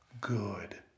good